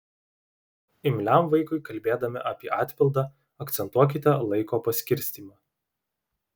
imliam vaikui kalbėdami apie atpildą akcentuokite laiko paskirstymą